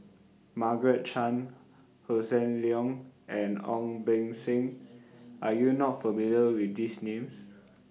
Margaret Chan Hossan Leong and Ong Beng Seng Are YOU not familiar with These Names